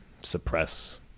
suppress